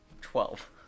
Twelve